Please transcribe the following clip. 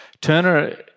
Turner